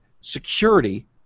security